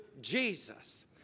Jesus